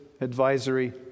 Advisory